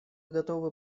готовы